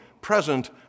present